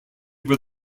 were